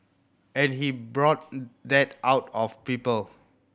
and he brought that out of people